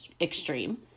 extreme